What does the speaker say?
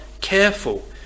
careful